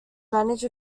manage